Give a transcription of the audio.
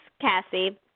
Cassie